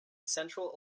central